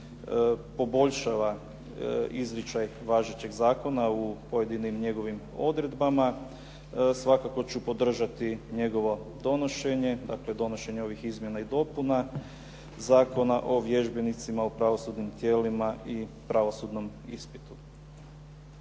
poboljšava izričaj važećeg zakona u pojedinim njegovim odredbama svakako ću podržati njegovo donošenje. Dakle, donošenje ovih izmjena i dopuna Zakona o vježbenicima u pravosudnim tijelima i pravosudnom ispitu.